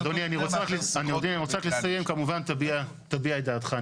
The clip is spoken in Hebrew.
אדוני, אני רוצה רק לסיים כמובן תביע את דעתך.